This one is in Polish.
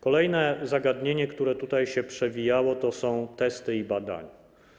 Kolejne zagadnienie, które tutaj się przewijało, to są testy i badania.